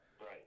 Right